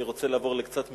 אני רוצה לעבור לקצת מרירות.